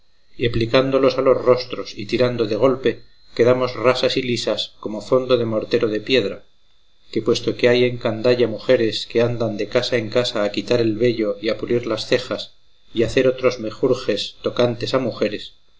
aplicándolos a los rostros y tirando de golpe quedamos rasas y lisas como fondo de mortero de piedra que puesto que hay en candaya mujeres que andan de casa en casa a quitar el vello y a pulir las cejas y hacer otros menjurjes tocantes a mujeres